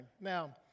Now